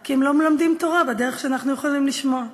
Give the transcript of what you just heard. כי הם לא מלמדים תורה בדרך שאנחנו יכולים לשמוע,